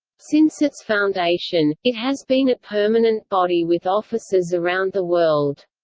since its foundation, it has been a permanent body with offices around the world.